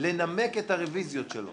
לנמק את הרביזיות שלו.